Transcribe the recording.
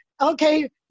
okay